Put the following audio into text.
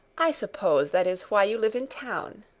i suppose that is why you live in town?